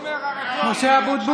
(קוראת בשמות חברי הכנסת) משה אבוטבול,